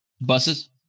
buses